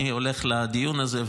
אני הולך לדיון הזה,